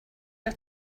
our